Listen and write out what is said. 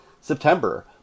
September